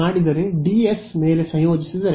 S ಮೇಲೆ ಸಂಯೋಜಿದಿದರೆ